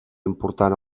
important